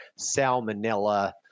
salmonella